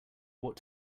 what